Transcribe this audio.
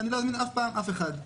ואני לא אזמין אף פעם אף אחד.